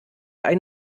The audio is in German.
ein